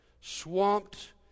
swamped